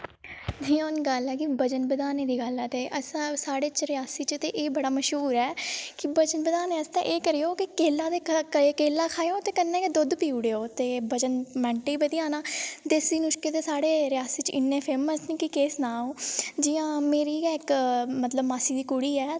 जियां हून गल्ल ऐ कि वज़न बधाने दी गल्ल ऐ ते अस रियासी च ते एह् बड़ा मश्हूर ऐ कि वज़न बधाने आस्तै एह् करेओ कि केला ते केला खाएओ ते कन्नै गै दुद्ध पी ओड़ेओ ते वज़न मैंट्टें च बधी जाना देसी नुस्खे ते साढ़े रियासी च इन्ने फेमस न कि केह् सनांऽ अऊं जियां मेरी गै इक मतलब मासी दी कुड़ी ऐ